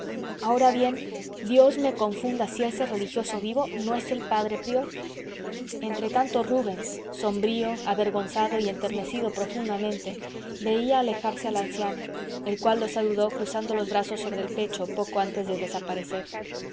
ahora bien dios me confunda si ese religioso vivo no es el padre prior entretanto rubens sombrío avergonzado y enternecido profundamente veía alejarse al anciano el cual lo saludó cruzando los brazos sobre el pecho poco antes de desaparecer